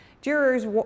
Jurors